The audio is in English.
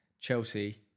Chelsea